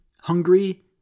Hungry